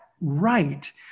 right